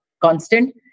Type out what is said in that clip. constant